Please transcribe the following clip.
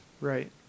Right